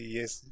Yes